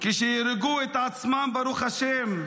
שיהרגו את עצמם, ברוך השם,